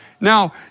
Now